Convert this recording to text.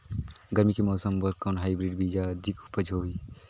गरमी के मौसम बर कौन हाईब्रिड बीजा अधिक उपज होही?